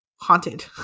haunted